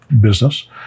business